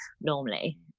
normally